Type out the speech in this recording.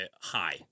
High